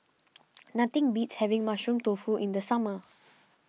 nothing beats having Mushroom Tofu in the summer